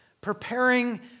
Preparing